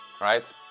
right